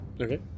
Okay